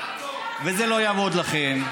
אילטוב, וזה לא יעבוד לכם.